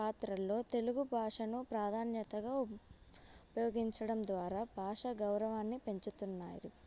పాత్రల్లో తెలుగు భాషను ప్రాధాన్యతగా ఉ ఉపయోగించడం ద్వారా భాష గౌరవాన్ని పెంచుతున్నా